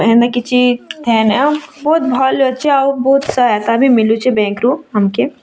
ହେନ୍ତା କିଛି ଥାନ୍ ବହୁତ୍ ଭଲ୍ ଅଛି ଆଉ ବହୁତ୍ ସହାୟତା ବି ମିଲୁଛି ବ୍ୟାଙ୍କ୍ରୁ ଆମ୍କେ